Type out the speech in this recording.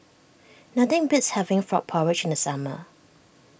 nothing beats having Frog Porridge in the summer